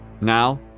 now